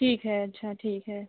ठीक है अच्छा ठीक है